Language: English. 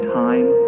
time